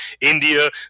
India